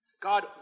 God